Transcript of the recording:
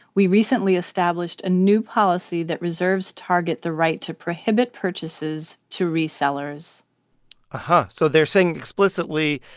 we recently established a new policy that reserves target the right to prohibit purchases to resellers and so they're saying explicitly,